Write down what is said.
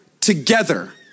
together